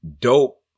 dope